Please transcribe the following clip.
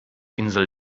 insel